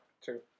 Two